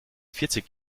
vierzig